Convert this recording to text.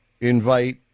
invite